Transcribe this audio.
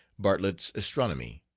bartlett's astronomy.